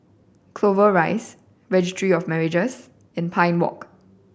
Clover Rise Registry of Marriages and Pine Walk